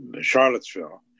Charlottesville